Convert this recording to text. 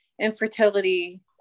infertility